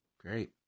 Great